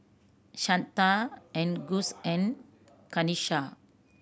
Shanda and Gus and Kanisha